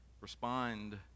respond